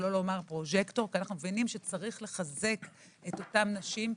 שלא לומר פרוז'קטור כי אנו מבינים שיש לחזק את אותן נשים,